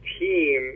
team